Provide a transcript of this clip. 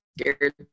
scared